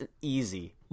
easy